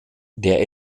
der